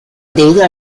debido